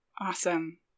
awesome